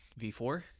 v4